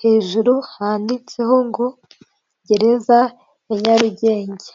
hejuru handitseho ngo gereza ya Nyarugenge.